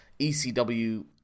ECW